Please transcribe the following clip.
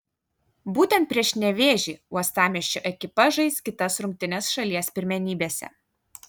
būtent prieš nevėžį uostamiesčio ekipa žais kitas rungtynes šalies pirmenybėse